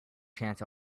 chance